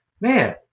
man